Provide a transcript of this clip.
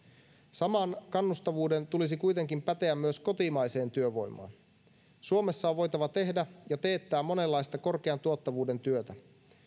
saman kannustavuuden tulisi kuitenkin päteä myös kotimaiseen työvoimaan suomessa on voitava tehdä ja teettää monenlaista korkean tuottavuuden työtä